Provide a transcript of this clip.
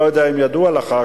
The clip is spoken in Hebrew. אני לא יודע אם ידוע לך,